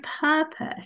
purpose